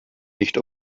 nicht